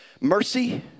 Mercy